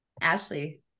Ashley